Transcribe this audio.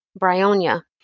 bryonia